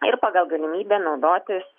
ir pagal galimybę naudotis